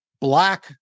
Black